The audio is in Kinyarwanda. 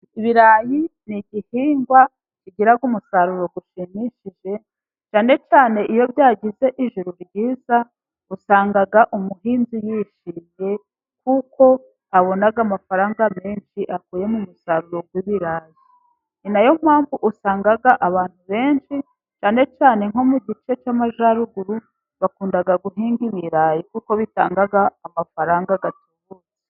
Ibirayi ni igihingwa kigira ku umusaruro ushimishije cyane cyane iyo byagize ijuri ryiza usanga umuhinzi yishimye kuko abona amafaranga menshi akuye mu musaruro w'ibirayi. Ni nayo mpamvu usanga abantu benshi cyane cyane nko mu gice cy'Amajyaruguru bakunda guhinga ibirayi kuko bitanga amafaranga atubutse.